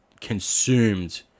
consumed